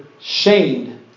shamed